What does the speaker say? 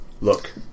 Look